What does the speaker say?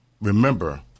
remember